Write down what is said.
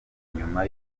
nyuma